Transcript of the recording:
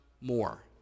more